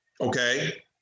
okay